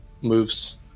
moves